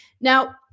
Now